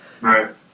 right